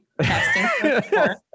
casting